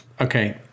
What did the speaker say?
Okay